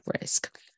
risk